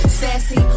sassy